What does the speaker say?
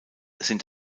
sind